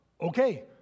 okay